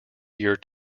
year